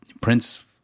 Prince